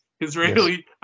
Israeli